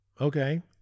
Okay